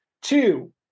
two